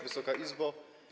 Wysoka Izbo!